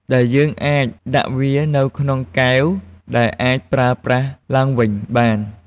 ដែលអ្នកអាចដាក់វានៅក្នុងកែវដែលអាចប្រើប្រាស់ឡើងវិញបាន។